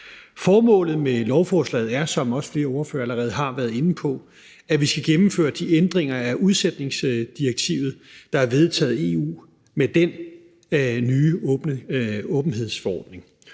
Formålet med lovforslaget er, som flere ordførere også allerede har været inde på, at gennemføre de ændringer i udsætningsdirektivet, der er vedtaget i EU med den nye åbenhedsforordning.